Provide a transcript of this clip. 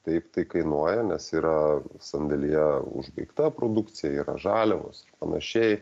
taip tai kainuoja nes yra sandėlyje užbaigta produkcija yra žaliavos panašiai